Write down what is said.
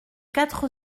quatre